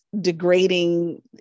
degrading